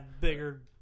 bigger